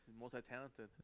Multi-talented